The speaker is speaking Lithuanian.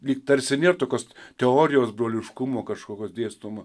lyg tarsi nėr tokios teorijos broliškumo kažkokios dėstoma